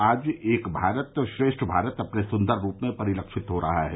आज एक भारत श्रेष्ठ भारत अपने सुन्दर रूप में परिलक्षित हो रहा है